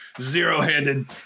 zero-handed